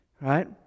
Right